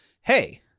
hey